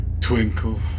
Twinkle